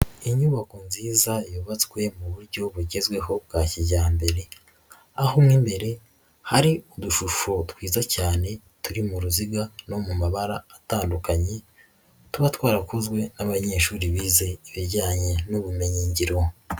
Inyubako nziza yubatswe mu buryo bugezweho bwa kijyambere aho mo imbere hari udushusho twiza cyane turi mu ruziga no mu mabara atandukanye, tuba twarakozwe n'abanyeshuri bize ibijyanye n'ubumenyingiro.